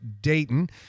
Dayton